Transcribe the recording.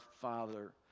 Father